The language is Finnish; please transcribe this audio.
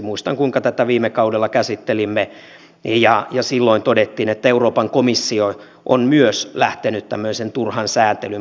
muistan kuinka tätä viime kaudella käsittelimme ja silloin todettiin että euroopan komissio on myös lähtenyt tämmöisen turhan sääntelyn purkamiseen